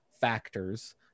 factors